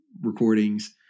recordings